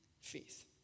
faith